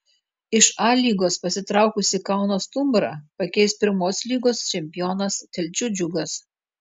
iš a lygos pasitraukusį kauno stumbrą pakeis pirmos lygos čempionas telšių džiugas